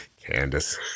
Candace